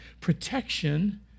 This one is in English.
protection